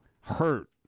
hurt